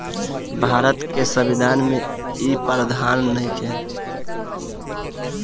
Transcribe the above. भारत के संविधान में इ प्रावधान बा